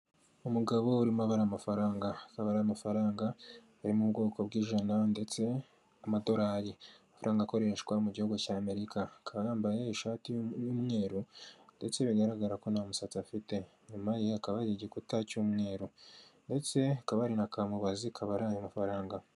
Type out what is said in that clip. Umugabo urimo abara amafaranga akaba ari amafaranga ari mu bwoko bw'ijana ndetse amadorari, amafaranga akoreshwa mu gihugu cy'Amerika akaba yambaye ishati y'umweru ndetse bigaragara ko nta musatsi afite, inyuma ye hakaba ari igikuta cy'umweru ndetse akaba hari na kamubazi kabara ayo mafaranga.